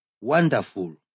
Wonderful